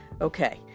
Okay